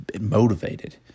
motivated